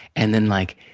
and then, like,